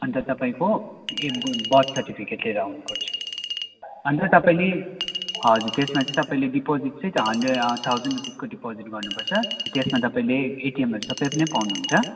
अन्त तपाईँको birth certificate लिएर आउनुपर्छ अन्त तपाईँले हजुर त्यसमा चाहिँ तपाईँले डिपोजिट चाहिँ हन्ड्रेड थाउजन्ड रुपिजको डिपोजिट गर्नुपर्छ त्यसमा तपाईँले एटिएमहरू सबै पनि पाउनुहुन्छ